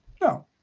No